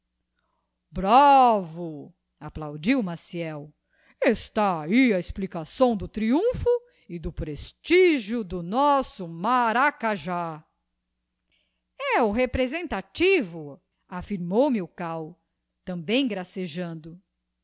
bravo applaudiu maciel está ahi a explicação do triumpho e do prestigio do nosso maracajá e o representativo affirmou milkau também gracejando